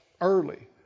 early